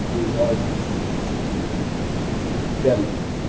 a largest cylinder demi